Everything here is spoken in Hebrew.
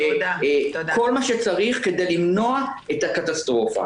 בכל מה שצריך כדי למנוע את הקטסטרופה.